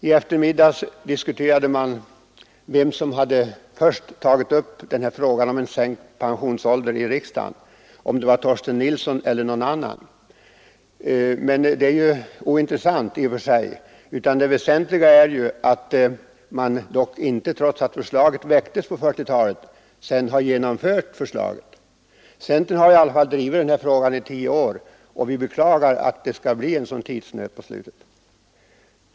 I eftermiddags diskuterade man om det var Torsten Nilsson eller någon annan som i riksdagen först hade tagit upp frågan om sänkt pensionsålder, men det är ju ointressant i och för sig. Det väsentliga är att man dock inte, trots att förslaget väcktes på 1940-talet, sedan har genomfört det. Centern har i alla fall drivit den här frågan i tio år, och vi beklagar att det skall bli en sådan tidsnöd på slutet.